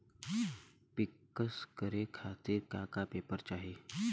पिक्कस करे खातिर का का पेपर चाही?